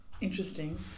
Interesting